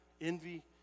envy